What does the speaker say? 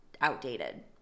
outdated